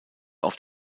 auf